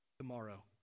tomorrow